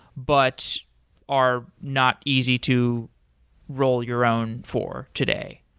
but are not easy to roll your own for today.